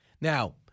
Now